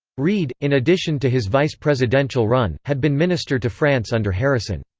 reid, in addition to his vice-presidential run, had been minister to france under harrison.